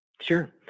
Sure